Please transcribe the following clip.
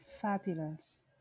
fabulous